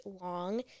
long